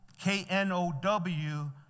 K-N-O-W